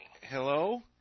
Hello